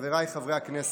חבריי חברי הכנסת,